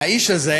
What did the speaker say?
האיש הזה,